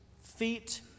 feet